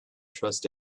trust